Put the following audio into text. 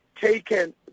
taken